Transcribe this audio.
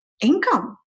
income